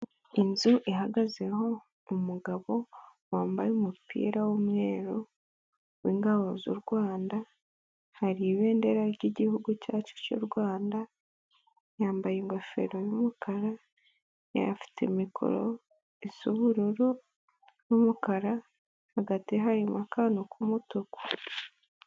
Inzu ihagazemo umugabo, wambaye umupira w'umweru w'ingabo z'u Rwanda. Hari ibendera ry'Igihugu cyacu cy'u Rwanda. Yambaye ingofero y'umukara, afite mikoro isa ubururu n'umukara hagati harimo akantu ku mutuku.